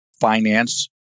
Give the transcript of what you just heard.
finance